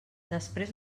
després